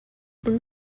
اون